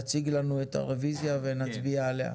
תציג לנו את הרוויזיה ונצביע עליה.